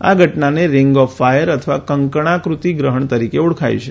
આ ઘટનાને ring of fire અથવા કંકણાકૃતિ ગ્રહણ તરીકે ઓળખાય છે